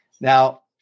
Now